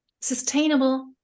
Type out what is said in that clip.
sustainable